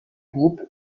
groupe